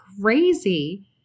crazy